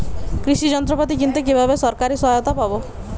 কৃষি যন্ত্রপাতি কিনতে কিভাবে সরকারী সহায়তা পাব?